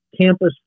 campus